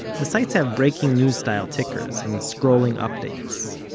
the sites have breaking news style tickers, and scrolling updates.